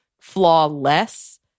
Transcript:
flawless